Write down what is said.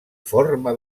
forma